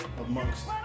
amongst